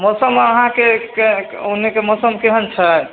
मौसम अहाँके ओनेके मौसम केहन छै